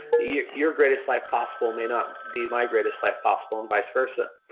yeah your greatest life possible may not be my greatest life possible and vice versa.